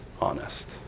honest